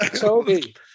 Toby